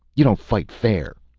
you don't fight fair.